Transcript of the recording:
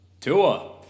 Tua